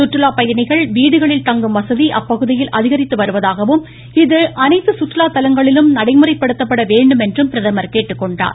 சுற்றுலாப் பயணிகள் வீடுகளில் தங்கும் வசதி அப்பகுதியில் அதிகரித்து வருவதாகவும் இது அனைத்து சுற்றுலாத் தலங்களிலும் நடைமுறைப் படுத்தப்பட வேண்டுமென்றும் பிரதமர் கேட்டுக் கொண்டுள்ளார்